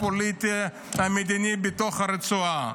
המדיני הפוליטי בתוך הרצועה.